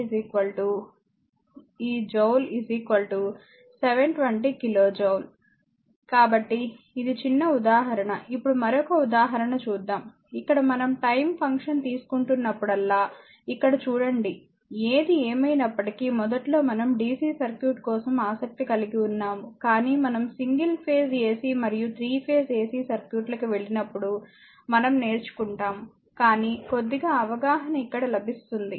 slide సమయం చూడండి 0157 కాబట్టిఇది చిన్న ఉదాహరణ ఇప్పుడు మరొక ఉదాహరణ చూద్దాం ఇక్కడ మనం టైమ్ ఫంక్షన్ తీసుకుంటున్నప్పుడల్లా ఇక్కడ చూడండి ఏది ఏమైనప్పటికీ మొదట్లో మనం డిసి సర్క్యూట్ కోసం ఆసక్తి కలిగి ఉన్నాము కానీ మనం సింగిల్ ఫేజ్ ఎసి మరియు 3 ఫేజ్ ఎసి సర్క్యూట్ల కి వెళ్ళినప్పుడు మనం నేర్చుకుంటాము కానీ కొద్దిగా అవగాహన ఇక్కడ లభిస్తుంది